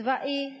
צבאי מלא.